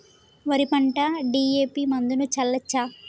వరి పంట డి.ఎ.పి మందును చల్లచ్చా?